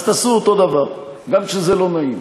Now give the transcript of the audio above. אז תעשו אותו דבר, גם כשזה לא נעים.